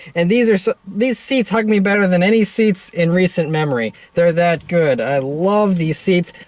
and these are so these seats hug me better than any seats in recent memory. they're that good. i love these seats.